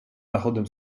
zachodem